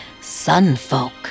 sunfolk